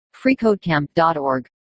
FreeCodeCamp.org